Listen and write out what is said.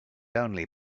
only